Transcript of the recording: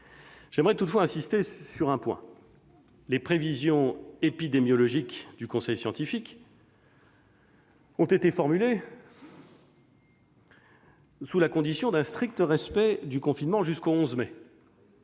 J'aimerais toutefois insister sur un point : les prévisions épidémiologiques du conseil scientifique ont été formulées sous la condition d'un strict respect du confinement jusqu'au 11 mai.